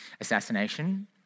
Assassination